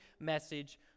message